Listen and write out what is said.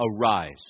Arise